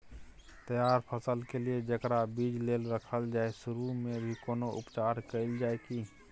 तैयार फसल के लिए जेकरा बीज लेल रखल जाय सुरू मे भी कोनो उपचार कैल जाय की?